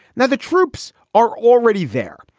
now, the troops are already there,